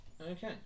okay